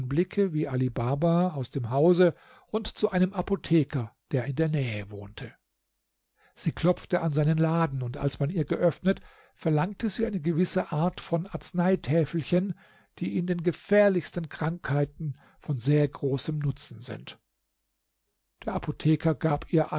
augenblicke wie ali baba aus dem hause und zu einem apotheker der in der nähe wohnte sie klopfte an seinen laden und als man ihr geöffnet verlangte sie eine gewisse art von arzneitäfelchen die in den gefährlichsten krankheiten von sehr großem nutzen sind der apotheker gab ihr